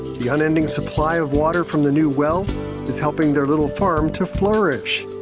the unending supply of water from the new well is helping their little farm to flourish.